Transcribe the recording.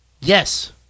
Yes